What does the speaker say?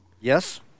yes